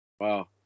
wow